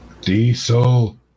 Diesel